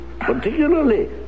Particularly